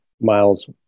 miles